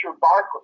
Barclays